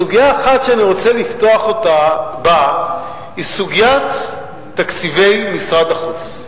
הסוגיה האחת שאני רוצה לפתוח בה היא סוגיית תקציבי משרד החוץ.